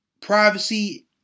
privacy